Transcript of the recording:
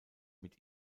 mit